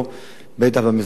בטח במזרח התיכון